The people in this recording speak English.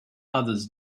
others